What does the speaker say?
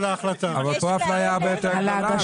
אבל פה האפליה הרבה יותר גדולה.